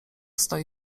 stoi